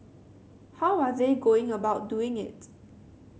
how are they going about doing it